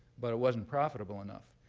but it wasn't profitable enough.